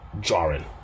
Jarring